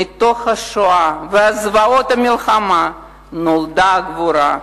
מתוך השואה וזוועות המלחמה נולדה הגבורה.